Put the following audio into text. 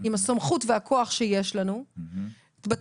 עם הסמכות והכוח שיש לנו,